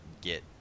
get